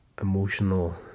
emotional